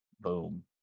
Boom